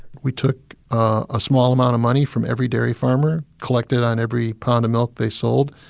we took a small amount of money from every dairy farmer, collected on every pound of milk they sold,